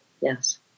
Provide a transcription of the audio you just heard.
Yes